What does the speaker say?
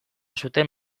zuten